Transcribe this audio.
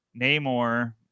Namor